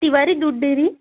तिवारी दूध डेरी